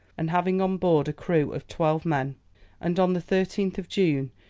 and having on board a crew of twelve men and on the thirteenth of june,